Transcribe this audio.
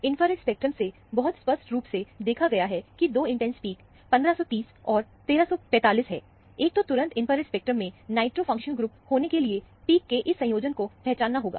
infrared spectrum से बहुत स्पष्ट रूप से देखा गया है कि 2 इंटेंस पीक 1530 और 1345 हैं एक को तुरंत इंफ्रारेड स्पेक्ट्रम में नाइट्रो फंक्शनल ग्रुप होने के लिए पिक के इस संयोजन को पहचानना होगा